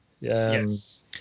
Yes